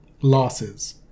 losses